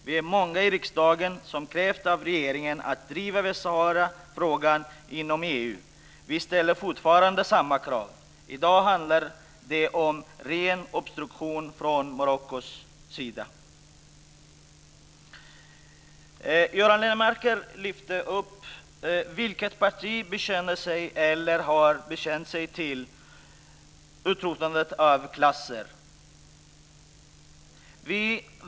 Vi är många i riksdagen som krävt att regeringen ska driva Västsaharafrågan inom EU. Vi ställer fortfarande samma krav. I dag handlar det om ren obstruktion från Marockos sida. Göran Lennmarker lyfte upp frågan om vilket parti som bekänner sig eller har bekänt sig till utrotandet av klasser.